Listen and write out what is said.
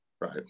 Right